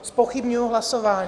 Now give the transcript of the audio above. Zpochybňuji hlasování.